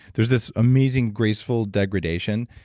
there's this amazing graceful degradation.